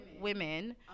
Women